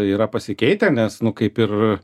yra pasikeitę nes nu kaip ir